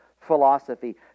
philosophy